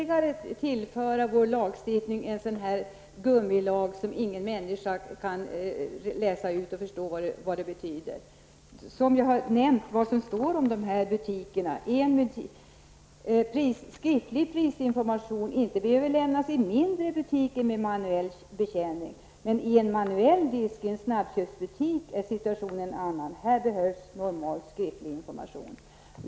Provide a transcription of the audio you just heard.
Skall vi tillföra vår lagstiftning ytterligare en gummilag som ingen människa förstår? Ni säger så här: Skriftlig prisinformation behöver inte lämnas i mindre butiker med manuell betjäning, men i en manuell disk i en snabbköpsbutik är situationen en annan. Här behövs normalt skriftlig information.